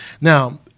Now